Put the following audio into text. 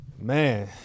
Man